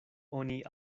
oni